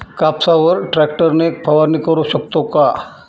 कापसावर ट्रॅक्टर ने फवारणी करु शकतो का?